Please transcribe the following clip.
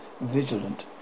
Vigilant